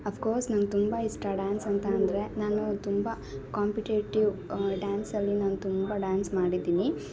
of course ನಂಗೆ ತುಂಬ ಇಷ್ಟ ಡ್ಯಾನ್ಸ್ ಅಂತ ಅಂದರೆ ನಾನು ತುಂಬ ಕಾಂಪಿಟೇಟಿವ್ ಡ್ಯಾನ್ಸಲ್ಲಿ ನಾನು ತುಂಬ ಡ್ಯಾನ್ಸ್ ಮಾಡಿದ್ದೀನಿ